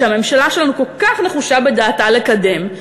שהממשלה שלנו כל כך נחושה בדעתה לקדם,